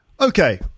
okay